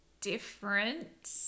different